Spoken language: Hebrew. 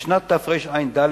בשנת תרע"ד,